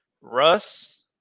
Russ